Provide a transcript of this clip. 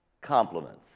compliments